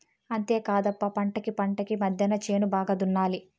అంతేకాదప్ప పంటకీ పంటకీ మద్దెన చేను బాగా దున్నాలి